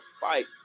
fight